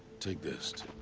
take this, to.